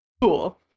Cool